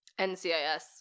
NCIS